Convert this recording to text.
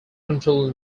control